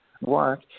work